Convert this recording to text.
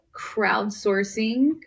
crowdsourcing